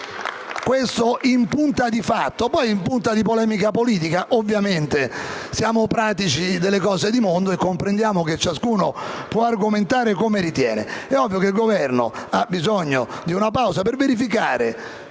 PdL).*Questo in punta di fatto. In punta di polemica politica, ovviamente, siamo pratici delle cose di mondo e comprendiamo che ciascuno può argomentare come ritiene. Il Governo ha bisogno di una pausa per verificare